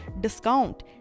discount